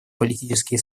политические